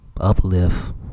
uplift